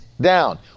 down